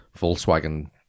Volkswagen